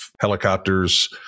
Helicopters